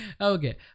Okay